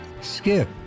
skip